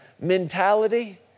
mentality